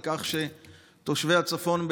על כך שתושבי הצפון,